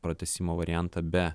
pratęsimo variantą be